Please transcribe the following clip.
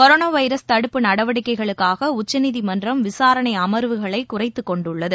coronavirus தடுப்பு நடவடிக்கைகளுக்காகஉச்சநீதிமன்றம் விசாரணைஅமர்வுகளைகுறைத்துக்கொண்டுள்ளது